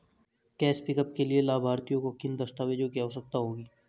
Cash pickup के लिए लाभार्थी को किन दस्तावेजों की आवश्यकता होगी?